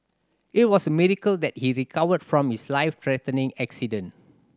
it was a miracle that he recovered from his life threatening accident